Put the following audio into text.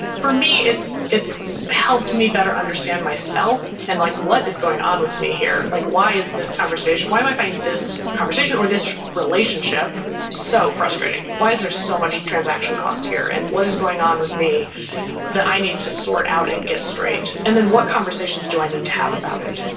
for me it's it's helped me better understand myself and like what is going on with me here? like why is this conversation, why am i finding this conversation or this relationship so frustrating? why is there so much transaction cost here and what is going on with me that i need to sort out and get straight? and then what conversations do i need to have about it?